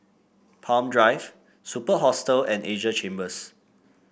Palm Drive Superb Hostel and Asia Chambers